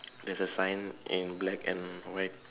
there's a sign in black and white